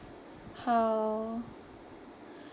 !huh!